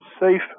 safe